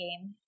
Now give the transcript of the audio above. game